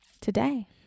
Today